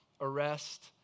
arrest